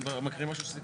שהיא